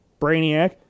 Brainiac